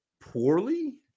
poorly